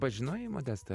pažinojai modestą